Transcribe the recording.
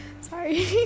sorry